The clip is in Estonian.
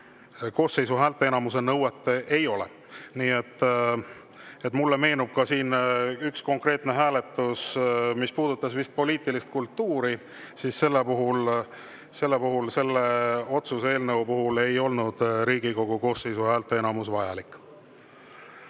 koosseisu häälteenamuse nõuet ei ole. Mulle meenub üks konkreetne hääletus, mis puudutas vist poliitilist kultuuri. Selle otsuse eelnõu puhul ei olnud Riigikogu koosseisu häälteenamus vajalik.